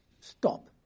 stop